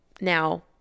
now